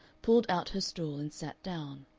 pulled out her stool, and sat down.